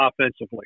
offensively